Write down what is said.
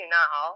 now